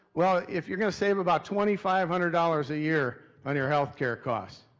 well, if you're gonna save about twenty-five hundred dollars a year on your healthcare costs.